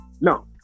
No